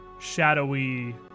Shadowy